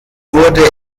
wurde